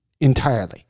entirely